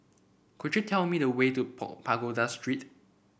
could you tell me the way to pool Pagoda Street